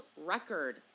record